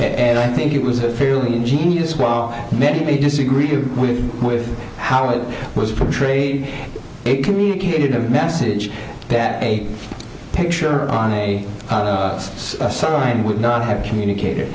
and i think it was a fairly ingenious while many may disagree with you with how it was portrayed it communicated a message that a picture on a sign would not have communicat